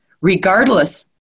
regardless